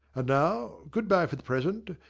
and now, good-bye for the present.